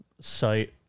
site